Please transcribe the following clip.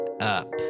up